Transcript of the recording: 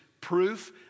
proof